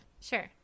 sure